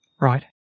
Right